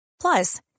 Plus